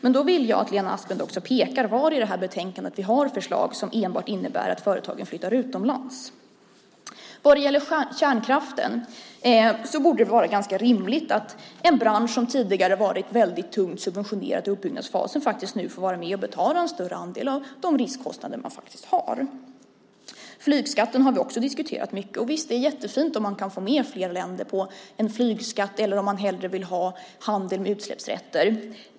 Men då vill jag att Lena Asplund också pekar ut var i det här betänkandet vi har förslag som enbart innebär att företagen flyttar utomlands. Vad gäller kärnkraften borde det vara ganska rimligt att en bransch som tidigare varit väldigt tungt subventionerad under uppbyggnadsfasen faktiskt nu får vara med och betala en större andel av de riskkostnader man faktiskt har. Flygskatten har vi också diskuterat mycket. Visst, det är jättefint om man kan få med fler länder på en flygskatt, eller om man hellre vill ha handel med utsläppsrätter.